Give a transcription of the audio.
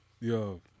Yo